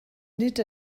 nid